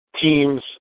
teams